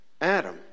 Adam